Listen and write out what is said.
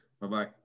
Bye-bye